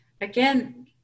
Again